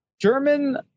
German